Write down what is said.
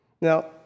Now